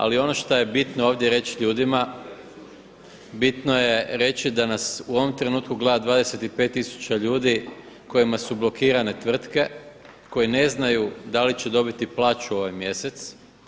Ali ono što je bitno ovdje reći ljudima, bitno je reći da nas u ovom trenutku gleda 25000 ljudi kojima su blokirane tvrtke koji ne znaju da li će dobiti plaću ovaj mjesec.